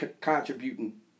contributing